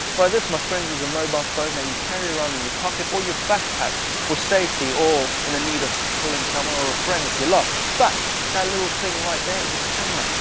this, my friends, is a mobile phone that you carry around in your pocket or your backpack for safety, or in the need of calling someone or a friend if you're lost, but that little thing right there is a camera.